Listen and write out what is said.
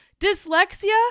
dyslexia